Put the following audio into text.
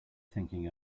thinking